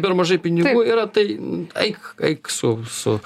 per mažai pinigų yra tai eik eik su su